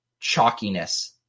chalkiness